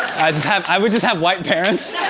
i'd just have i would just have white parents.